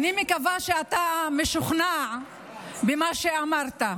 אני מקווה שאתה משוכנע במה שאמרת,